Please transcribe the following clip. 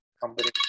company